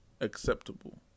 acceptable